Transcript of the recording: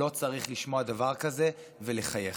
לא צריך לשמוע דבר כזה ולחייך.